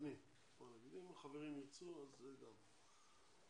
אם חברים ירצו, ישאלו גם הם.